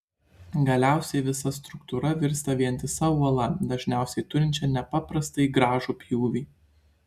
galiausiai visa struktūra virsta vientisa uola dažniausiai turinčia nepaprastai gražų pjūvį